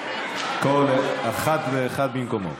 כל אחת ואחד במקומו.